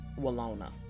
walona